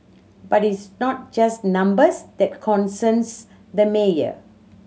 but it's not just numbers that concerns the mayor